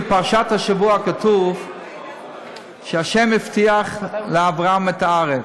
בפרשת השבוע כתוב שה' הבטיח לאברהם את הארץ.